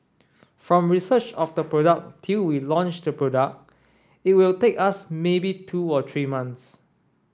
from research of the product till we launch the product it will take us maybe two to three months